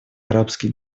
арабских